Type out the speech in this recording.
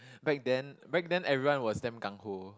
back then back then everyone was damn gung ho